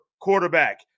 quarterback